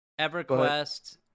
EverQuest